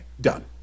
Done